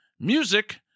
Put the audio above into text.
music